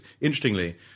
Interestingly